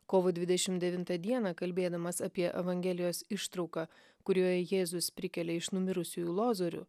kovo dvidešim devintą dieną kalbėdamas apie evangelijos ištrauką kurioje jėzus prikelia iš numirusiųjų lozorių